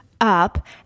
up